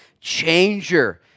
changer